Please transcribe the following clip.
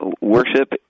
worship